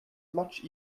much